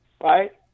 right